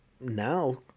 now